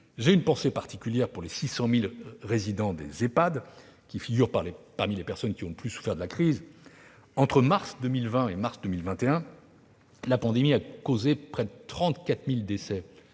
J'ai une pensée particulière pour les 600 000 résidents des Ehpad, qui figurent parmi les personnes ayant le plus souffert de la crise. Entre mars 2020 et mars 2021, la pandémie a provoqué près de 34 000 décès